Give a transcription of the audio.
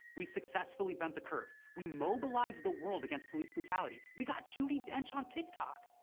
we successfully bent the curve. we mobilized the world against police brutality. we got judi dench on tiktok.